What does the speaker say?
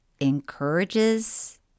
encourages